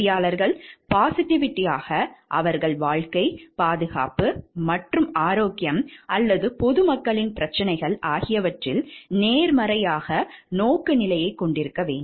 பொறியாளர்கள் பாசிடிவிஸ்ட்களாக அவர்கள் வாழ்க்கை பாதுகாப்பு மற்றும் ஆரோக்கியம் அல்லது பொது மக்களின் பிரச்சினைகள் ஆகியவற்றில் நேர்மறையான நோக்குநிலையைக் கொண்டிருக்க வேண்டும்